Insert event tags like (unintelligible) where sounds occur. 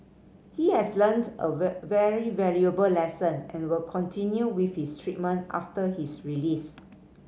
he has learnt a (unintelligible) very valuable lesson and will continue with his treatment after his release